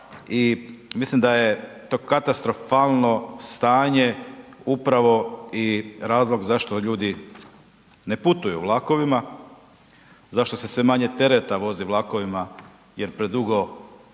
mislim da je to katastrofalno stanje upravo i razlog zašto ljudi ne putuju vlakovima, zašto se sve manje tereta vozi vlakovima jer predugo